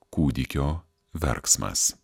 kūdikio verksmas